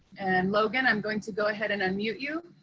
and logan, i'm going to go ahead and unmute you.